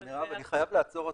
אני חייב לעצור אותך,